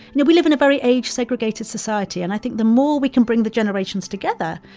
know, we live in a very age-segregated society, and i think the more we can bring the generations together,